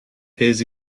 his